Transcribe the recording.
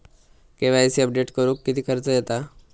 KYC update करुक किती खर्च येता?